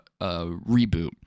reboot